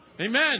amen